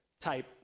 type